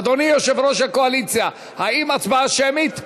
אדוני יושב-ראש הקואליציה, האם הצבעה שמית?